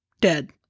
dead